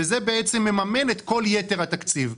זה מממן את כל יתר התקציב,